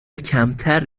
کمتر